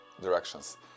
directions